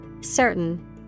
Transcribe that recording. Certain